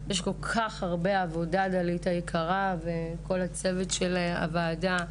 יש כל כך הרבה עבודה, דלית היקרה וכל צוות הוועדה.